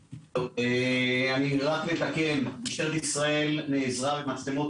אני רק מתקן משטרת ישראל נעזרה במצלמות